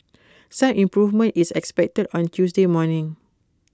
some improvement is expected on Tuesday morning